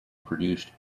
produced